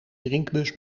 drinkbus